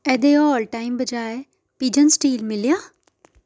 एह्दे all time बजाए pigeon steel मिलेआ